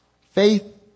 Faith